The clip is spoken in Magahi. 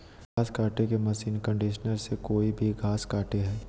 घास काटे के मशीन कंडीशनर से कोई भी घास कटे हइ